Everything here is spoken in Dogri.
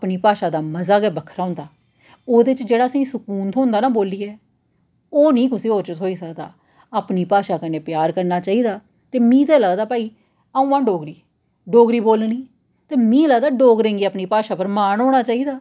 अपनी भाशा दा मजा गै बक्खरा होंदा ओह्दे च जेह्ड़ा असें ई सकून थ्होंदा ना बोल्लियै ओह् निं कुसै होर च थ्होई सकदा अपनी भाशा कन्नै प्यार करना चाहिदा ते मी ते लगदा भई अ'ऊं आं डोगरी डोगरी बोलनी ते मी लगदा डोगरें गी अपनी भाशा पर मान होना चाहिदा